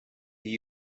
the